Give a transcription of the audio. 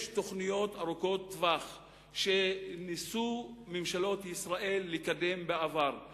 יש תוכניות ארוכות טווח שממשלות ישראל בעבר ניסו לקדם,